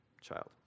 child